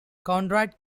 conrad